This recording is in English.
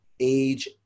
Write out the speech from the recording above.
age